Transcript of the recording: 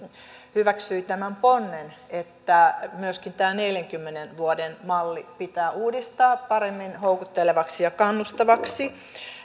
hyväksyi tämän ponnen että myöskin tämä neljänkymmenen vuoden malli pitää uudistaa paremmin houkuttelevaksi ja kannustavaksi